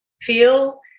feel